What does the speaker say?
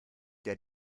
der